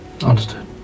Understood